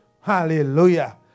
Hallelujah